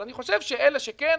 אבל אני חושב שאלה שכן,